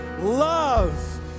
love